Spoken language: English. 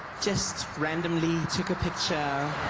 just randomly took a picture.